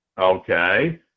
Okay